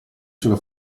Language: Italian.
sulla